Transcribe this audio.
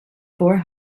four